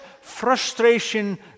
frustration